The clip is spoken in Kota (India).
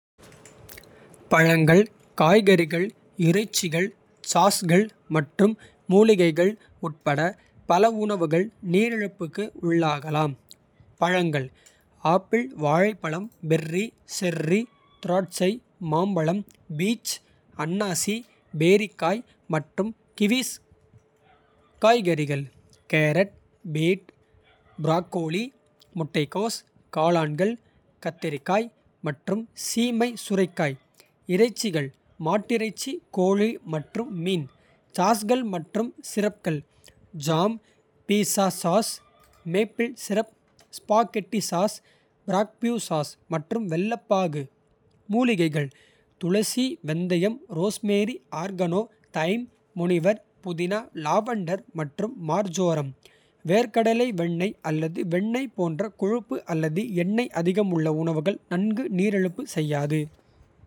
பழங்கள், காய்கறிகள், இறைச்சிகள், சாஸ்கள் மற்றும். மூலிகைகள் உட்பட பல உணவுகள் நீரிழப்புக்கு. உள்ளாகலாம் பழங்கள் ஆப்பிள், வாழைப்பழம். பெர்ரி, செர்ரி, திராட்சை, மாம்பழம், பீச். அன்னாசி, பேரிக்காய் மற்றும் கிவிஸ் காய்கறிகள். கேரட், பீட், ப்ரோக்கோலி, முட்டைக்கோஸ். காளான்கள், கத்திரிக்காய் மற்றும் சீமை சுரைக்காய். இறைச்சிகள் மாட்டிறைச்சி, கோழி மற்றும் மீன். சாஸ்கள் மற்றும் சிரப்கள் jam, pizza sauce. Maple syrup, spaghetti sauce, barbecue sauce மற்றும் வெல்லப்பாகு மூலிகைகள் துளசி. வெந்தயம், ரோஸ்மேரி, ஆர்கனோ, தைம். முனிவர், புதினா, லாவெண்டர் மற்றும் மார்ஜோரம். வேர்க்கடலை வெண்ணெய் அல்லது வெண்ணெய். போன்ற கொழுப்பு அல்லது எண்ணெய் அதிகம். உள்ள உணவுகள் நன்கு நீரிழப்பு செய்யாது.